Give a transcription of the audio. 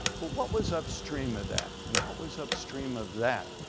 but what was upstream of that, and what was upstream of that?